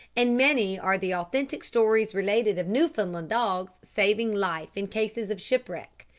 and many are the authentic stories related of newfoundland dogs saving life in cases of shipwreck.